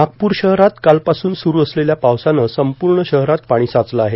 नागपूर शहरात कालपासून सुरू असलेल्या पावसानं संपूर्ण शहरात पाणी साचलं आहे